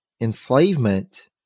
enslavement